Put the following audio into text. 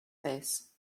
face